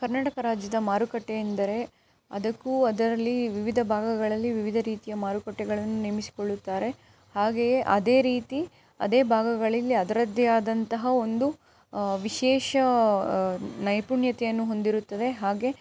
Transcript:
ಕರ್ನಾಟಕ ರಾಜ್ಯದ ಮಾರುಕಟ್ಟೆಯೆಂದರೆ ಅದಕ್ಕೂ ಅದರಲ್ಲಿ ವಿವಿಧ ಭಾಗಗಳಲ್ಲಿ ವಿವಿಧ ರೀತಿಯ ಮಾರುಕಟ್ಟೆಗಳನ್ನು ನೇಮಿಸಿಕೊಳ್ಳುತ್ತಾರೆ ಹಾಗೆಯೇ ಅದೇ ರೀತಿ ಅದೇ ಭಾಗಗಳಿಲ್ಲಿ ಅದರದ್ದೇ ಆದಂತಹ ಒಂದು ವಿಶೇಷ ನೈಪುಣ್ಯತೆಯನ್ನು ಹೊಂದಿರುತ್ತದೆ ಹಾಗೇ